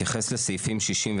לגבי חוק התכנון